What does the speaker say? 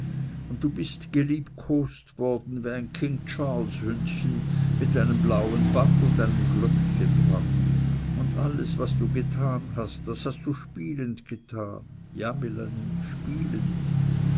und du bist geliebkost worden wie ein king charles hündchen mit einem blauen band und einem glöckchen daran und alles was du getan hast das hast du spielend getan ja melanie spielend